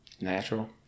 natural